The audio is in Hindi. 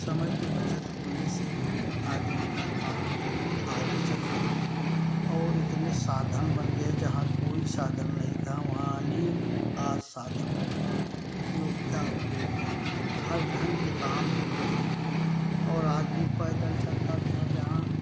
समय की बचत होने से आदमी का काम आगे चलता है और इतने साधन बन गए जहाँ कोई साधन नहीं था वहाँ अनेक आज साधन हो गए हैं उपयोगिता हो गई है हर ढंग के काम हो गए हैं और आदमी पैदल चलता था जहाँ